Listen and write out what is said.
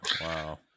wow